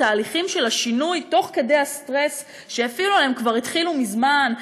התהליכים של השינוי תוך כדי הסטרס שהפעילו עליהם התחילו מזמן,